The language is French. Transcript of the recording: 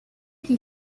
qui